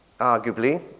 arguably